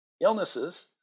illnesses